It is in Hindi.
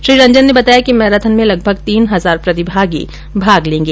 श्री रंजन ने बताया कि मैराथन में लगभग तीन हजार प्रतिभागी भाग लेंगे